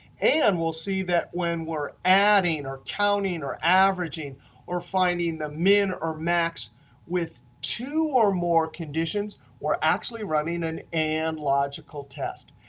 and we'll see that when we're adding or counting or averaging or finding the min or max with two or more conditions we're actually running an and logical test.